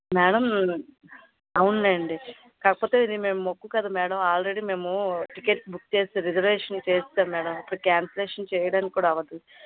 madam అవునులేండి కాకపోతే ఇది మేము మొక్కు కదా మేడం ఆల్రెడీ మేము టికెట్స్ బుక్ చేసి రిసర్వేషన్ చేసేసాం మేడం ఇప్పుడు కాన్సలేషన్ చేయడానికి కూడా అవ్వదు